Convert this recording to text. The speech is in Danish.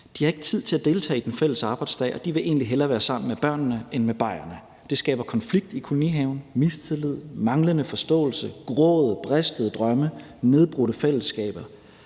de har ikke tid til at deltage i den fælles arbejdsdag, og de vil egentlig hellere være sammen med børnene end med bajerne. Det skaber konflikt i kolonihaven, mistillid, manglende forståelse, gråd, bristede drømme og nedbrudte fællesskaber.